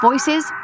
Voices